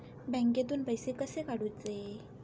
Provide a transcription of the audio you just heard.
बँकेतून पैसे कसे काढूचे?